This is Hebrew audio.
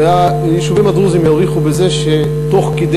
והיישובים הדרוזיים ירוויחו בזה שתוך כדי